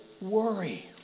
worry